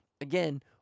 again